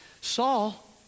Saul